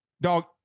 Dog